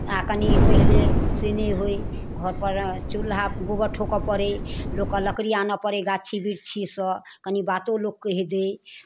आ कनि पहिले से नहि होय घरपर चूल्हा गोबर ठोकय पड़य लोककेँ लकड़ी आनय पड़य गाछी बिरछीसँ कनि बातो लोक कहि दय